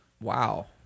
Wow